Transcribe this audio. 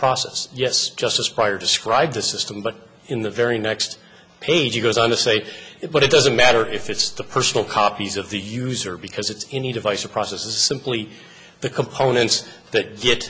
process yes just as prior described the system but in the very next page it goes on to say it but it doesn't matter if it's the personal copies of the user because it's any device or process is simply the components that get